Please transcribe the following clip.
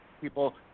People